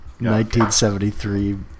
1973